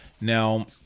Now